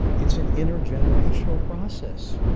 it's an intergenerational process.